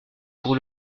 pour